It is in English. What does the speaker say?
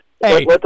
Hey